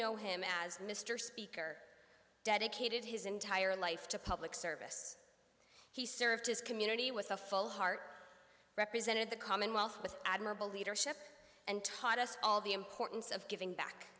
know him as mr speaker dedicated his entire life to public service he served his community with a full heart represented the commonwealth with admirable leadership and taught us all the importance of giving back